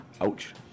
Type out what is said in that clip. ouch